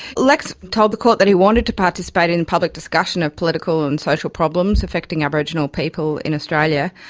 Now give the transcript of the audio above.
lex told the court that he wanted to participate in public discussion of political and social problems affecting aboriginal people in australia,